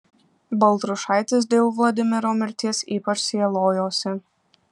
baltrušaitis dėl vladimiro mirties ypač sielojosi